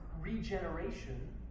regeneration